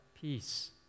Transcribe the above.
peace